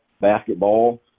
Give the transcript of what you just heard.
basketball